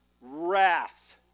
wrath